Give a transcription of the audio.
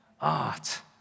art